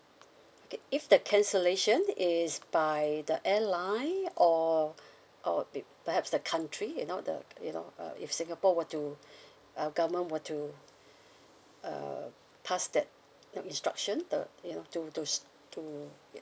okay if the cancellation is by the airline or or p~ perhaps the country you know the you know uh if singapore were to our government were to err pass that the instruction the you know to to s~ to